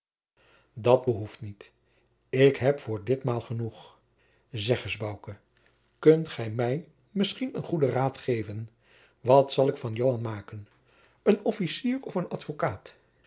dat behoeft niet ik heb voor ditmaal genoeg zeg eens bouke gij kunt mij misschien goeden raad geven wat zal ik van joan maken een officier of een advocaat